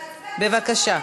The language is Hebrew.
בבקשה.